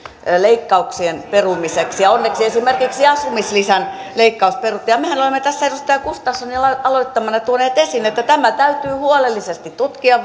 leikkauksien perumiseksi ja onneksi esimerkiksi asumislisän leikkaus peruttiin ja mehän olemme tässä edustaja gustafssonin aloittamana tuoneet esiin että tämä täytyy huolellisesti tutkia